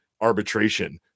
arbitration